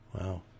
Wow